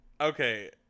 Okay